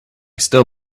still